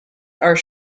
are